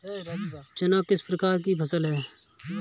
चना किस प्रकार की फसल है?